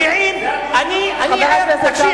וזה הטיעון שלך?